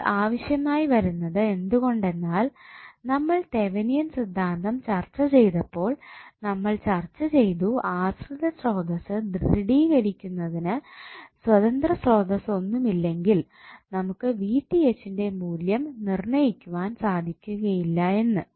ഇത് ആവശ്യമായി വരുന്നത് എന്തുകൊണ്ടെന്നാൽ നമ്മൾ തെവനിയൻ സിദ്ധാന്തം ചർച്ച ചെയ്തപ്പോൾ നമ്മൾ ചർച്ച ചെയ്തു ആശ്രിത സ്രോതസ്സ് ദൃഢീകരിക്കുന്നതിന് സ്വതന്ത്ര സ്രോതസ്സ് ഒന്നുമില്ലെങ്കിൽ നമുക്ക് ൻ്റെ മൂല്യം നിര്ണയിക്കുവാൻ സാധിക്കുകയില്ല എന്ന്